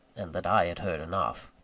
and that i had heard enough.